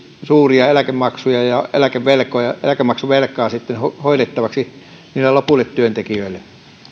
suuria eläkemaksuja ja eläkemaksuvelkaa sitten hoidettavaksi niille lopuille työntekijöille